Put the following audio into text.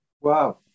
Wow